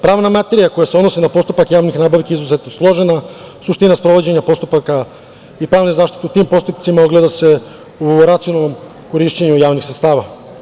Pravna materija koja se odnosi na postupak javnih nabavki je izuzetno složena i suština sprovođenja postupaka i pravne zaštite u tim postupcima, ogleda se u racionalnom korišćenju javnih sredstava.